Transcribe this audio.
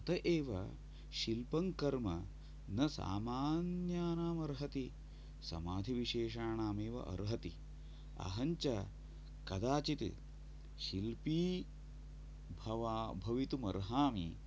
अत एव शिल्पं कर्म न सामान्यानाम् अर्हति समाधिविशेषाणामेव अर्हति अहञ्च कदाचित् शिल्पी भवा भवितुम् अर्हामि